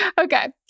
Okay